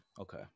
Okay